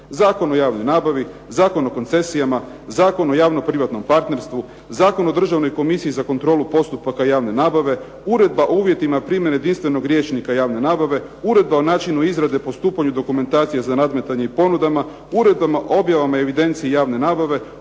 Zakon o javnoj nabavi, Zakon o koncesijama, Zakon o javno privatnom partnerstvu, Zakon o državnoj komisiji za kontrolu postupaka javne nabave, Uredba o uvjetima primjene jedinstvenog rječnika javne nabave, Uredba o načinu izrade, postupanju, dokumentacije za nadmetanje i ponudama, Uredba o objavama i evidenciji javne nabave,